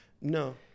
No